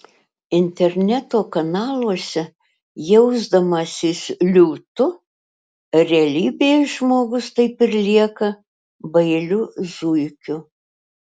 interneto kanaluose jausdamasis liūtu realybėje žmogus taip ir lieka bailiu zuikiu